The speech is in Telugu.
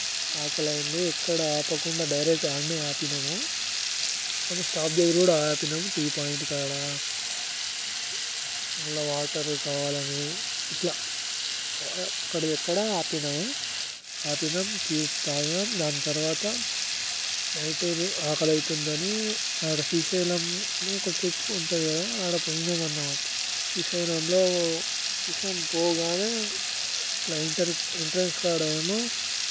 ఆకలి అయ్యింది ఎక్కడ ఆపకుండా డైరెక్ట్ అక్కడనే ఆపినాము మళ్ళీ స్టాప్ దగ్గర కూడా ఆపినం టీ పాయింట్ కాడ ఇట్లా వాటర్ కావాలి అని ఇట్లా అక్కడి దగ్గర ఆపినాము ఆపినాం టీ తాగినం దాని తర్వాత నైట్ ఆకలి అవుతుంది అని ఆడ శ్రీశైలం అనే ట్రిప్పు ఉంటుంది కదా అక్కడికి పోయినాము అన్నమాట శ్రీశైలంలో శ్రీశైలం పోగానే ఇట్లా ఎంటర్ ఎంట్రన్స్ కాడ ఏమో